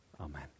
Amen